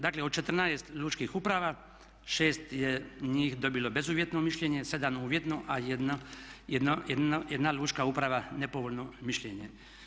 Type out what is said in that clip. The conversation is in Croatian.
Dakle od 14 lučkih uprava 6 je njih dobilo bezuvjetno mišljenje, 7 uvjetno a 1 lučka uprava nepovoljno mišljenje.